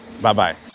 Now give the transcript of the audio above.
Bye-bye